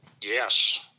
Yes